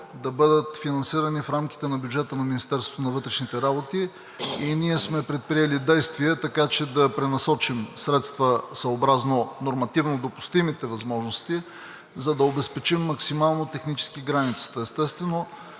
да бъдат финансирани в рамките на бюджета на Министерството на вътрешните работи и ние сме предприели действия, така че да пренасочим средства съобразно нормативно допустимите възможности, за да обезпечим максимално технически границата. Естествено,